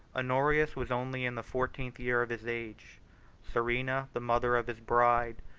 honorius was only in the fourteenth year of his age serena, the mother of his bride,